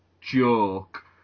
joke